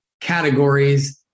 categories